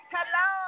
Hello